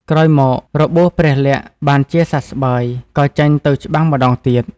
ក្រោយមមក របួសព្រះលក្សណ៍បានជាសះស្បើយ ក៏ចេញទៅច្បាំងម្តងទៀត។